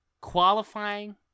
qualifying